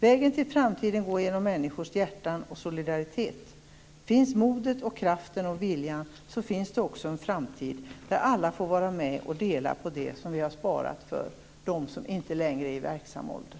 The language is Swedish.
Vägen till framtiden går i stället genom människors hjärtan och solidaritet. Finns modet, kraften och viljan, då finns det också en framtid där alla får vara med och dela på det som vi har sparat för, alltså de som inte längre är i verksam ålder.